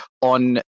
on